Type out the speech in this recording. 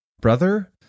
brother